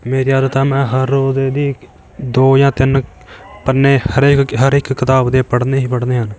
ਮੇਰੀ ਆਦਤ ਆ ਮੈਂ ਹਰ ਰੋਜ਼ ਇਹਦੀ ਦੋ ਜਾਂ ਤਿੰਨ ਪੰਨੇ ਹਰੇਕ ਹਰ ਇੱਕ ਕਿਤਾਬ ਦੇ ਪੜ੍ਹਨੇ ਹੀ ਪੜ੍ਹਨੇ ਹਨ